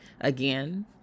again